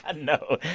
ah no.